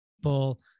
people